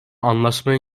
anlaşmaya